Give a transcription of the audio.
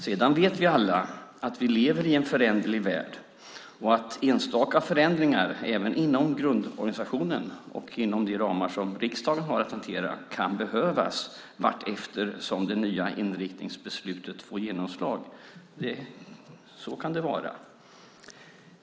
Vidare vet vi alla att vi lever i en föränderlig värld och att enstaka förändringar, även inom grundorganisationen och inom de ramar som riksdagen har att hantera, kan behövas allteftersom det nya inriktningsbeslutet får genomslag. Så kan det vara.